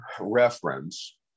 reference